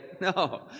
No